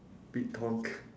big talk